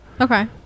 okay